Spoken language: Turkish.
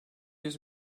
yüz